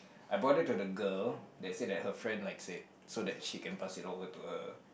I brought it to the girl that said that her friend likes it so that she can pass it over to her